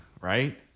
right